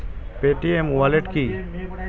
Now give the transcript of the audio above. Paytm wallet কি?